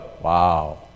wow